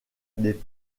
des